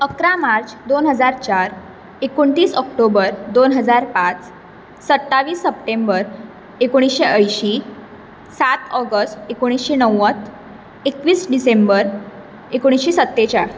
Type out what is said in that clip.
अकरा मार्च दोन हजार चार एकोणतीस ऑक्टोबर दोन हजार पांच सत्तावीस सप्टेंबर एकोणीशें अंयशीं सात ऑगस्ट एकोणीशे णव्वद एकवीस डिसेंबर एकोणीशे सत्तेचाळ